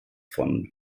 von